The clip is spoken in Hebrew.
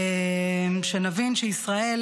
שנבין שישראל,